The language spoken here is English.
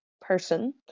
person